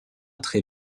très